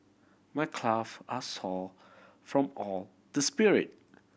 my are sore from all the sprint